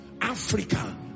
Africa